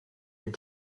had